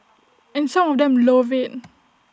and some of them love IT